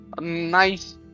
Nice